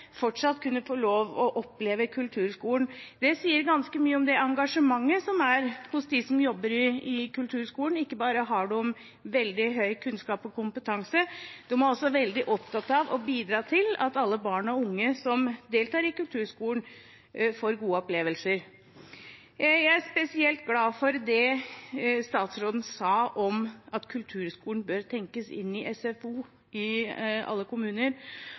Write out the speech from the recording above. fortsatt kunne få lov til å oppleve kulturskolen. Det sier ganske mye om engasjementet hos dem som jobber i kulturskolen. Ikke bare har de veldig høy kunnskap og kompetanse, de er også veldig opptatt av å bidra til at alle barn og unge som deltar i kulturskolen, får gode opplevelser. Jeg er spesielt glad for det statsråden sa om at kulturskolen bør tenkes inn i SFO i alle kommuner.